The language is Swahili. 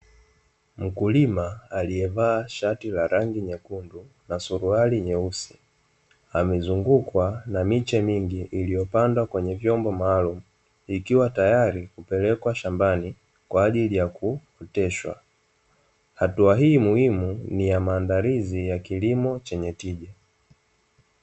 Mkulima aliyevaa shati la rangi Nyekundu na Suruali Nyeusi, amezungukwa na miche mingi iliyopandwa kwenye vyombo maalumu, ikiwa tayari kupelekwa shambani kwaajili yakuoteshwa, hatua hii muhimu ni ya maandalizi ya kilimo chenye tija.